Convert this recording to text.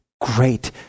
great